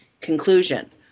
conclusion